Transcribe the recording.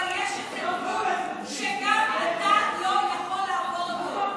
אבל יש איזה גבול שגם אתה לא יכול לעבור אותו.